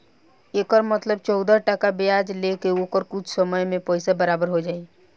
एकर मतलब चौदह टका ब्याज ले के ओकर कुछ समय मे पइसा बराबर हो जाई